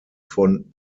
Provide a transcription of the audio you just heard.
von